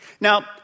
Now